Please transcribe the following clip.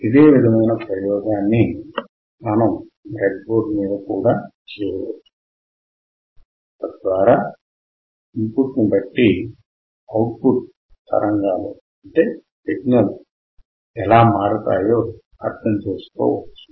ఇదే విధమైన ప్రయోగము బ్రెడ్ బోర్డు మీద కూడా చేయవచ్చు తద్వారా ఇన్ పుట్ ని బట్టి అవుట్ పుట్ తరంగాలు ఎలా మారతాయో అర్ధము చేసుకొనవచ్చు